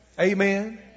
Amen